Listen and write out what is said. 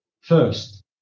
first